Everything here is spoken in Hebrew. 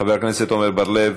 חבר הכנסת עמר בר-לב.